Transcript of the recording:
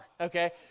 okay